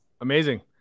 Amazing